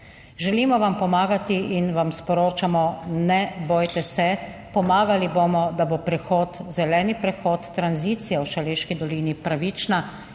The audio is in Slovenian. Želimo vam pomagati in vam sporočamo, ne bojte se, pomagali bomo, da bo prehod, zeleni prehod, tranzicija v Šaleški dolini pravična,